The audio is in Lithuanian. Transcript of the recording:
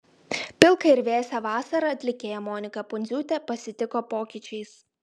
pilką ir vėsią vasarą atlikėja monika pundziūtė pasitiko pokyčiais